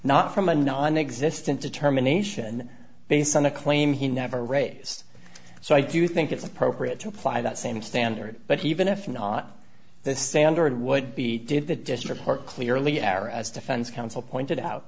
not from a non existent determination based on a claim he never raised so i do think it's appropriate to apply that same standard but even if not the standard would be did that just report clearly error as defends counsel pointed out